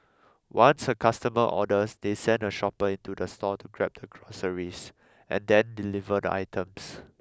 once a customer orders they send a shopper into the store to grab the groceries and then deliver the items